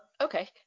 Okay